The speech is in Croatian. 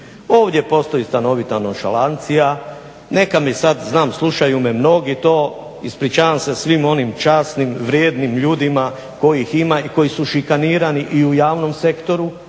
Ovdje postoji stanovita nonšalancija. Neka mi sad znam slušaju me mnogi to, ispričavam se svim onim časnim, vrijednim ljudima kojih ima i koji su šikanirani i u javnom sektoru.